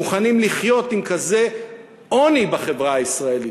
מוכנים לחיות עם כזה עוני בחברה הישראלית?